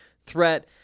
threat